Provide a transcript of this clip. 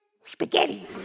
spaghetti